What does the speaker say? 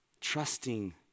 Trusting